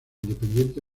independiente